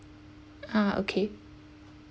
ah okay